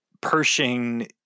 Pershing